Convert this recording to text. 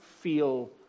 feel